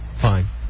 Fine